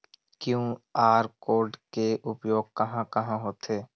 QR code के उपयोग कहां कहां होथे?